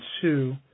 two